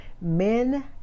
men